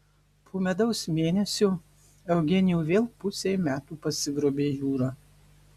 po medaus mėnesio eugenijų vėl pusei metų pasigrobė jūra